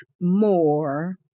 more